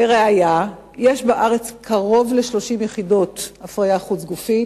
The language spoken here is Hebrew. לראיה, יש בארץ קרוב ל-30 יחידות הפריה חוץ-גופית,